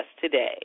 today